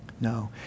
no